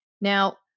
Now